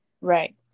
Right